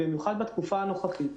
במיוחד בתקופה הנוכחית,